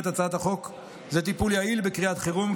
הצעת החוק היא טיפול יעיל בקריאת חירום,